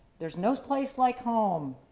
there's no place like home.